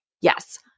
Yes